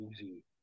easy